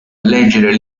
leggere